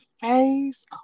face